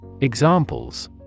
Examples